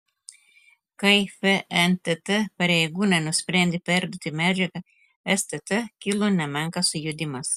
kai fntt pareigūnai nusprendė perduoti medžiagą stt kilo nemenkas sujudimas